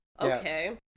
Okay